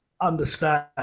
understand